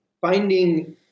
Finding